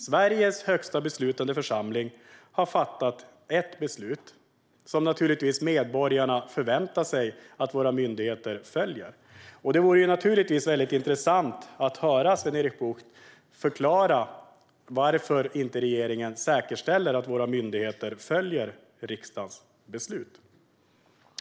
Sveriges högsta beslutande församling har fattat ett beslut som medborgarna naturligtvis förväntar sig att våra myndigheter följer. Det vore naturligtvis intressant att höra Sven-Erik Bucht förklara varför regeringen inte säkerställer att våra myndigheter följer riksdagens beslut.